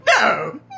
No